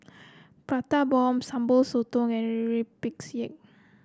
Prata Bomb Sambal Sotong and rempeyek